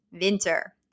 winter